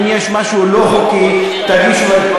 אם יש משהו לא חוקי, תגישו.